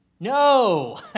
No